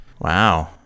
Wow